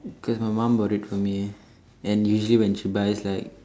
because my mum bought it for me and usually when she buys like